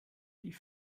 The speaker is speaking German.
die